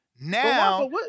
Now-